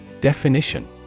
Definition